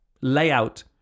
layout